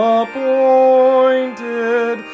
appointed